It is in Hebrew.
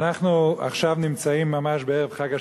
אנחנו עכשיו נמצאים ממש בערב חג השבועות,